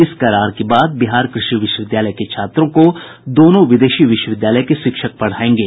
इस करार के बाद बिहार कृषि विश्वविद्यालय के छात्रों को दोनों विदेशी विश्वविद्यालय के शिक्षक पढ़ायेंगे